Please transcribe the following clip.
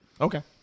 Okay